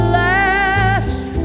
laugh's